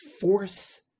force